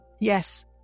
Yes